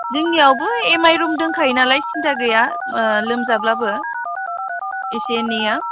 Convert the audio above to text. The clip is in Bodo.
जोंनियावबो एम आइ रुम दंखायो नालाय सिन्था गैया लोमजाब्लाबो एसे एनैया